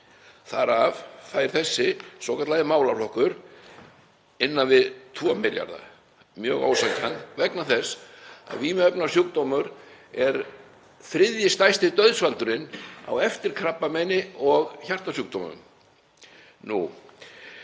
Þar af fær þessi svokallaði málaflokkur innan við 2 milljarða. Það er mjög ósanngjarnt vegna þess að vímuefnasjúkdómar eru þriðji stærsti dauðsvaldurinn á eftir krabbameini og hjartasjúkdómum. SÁÁ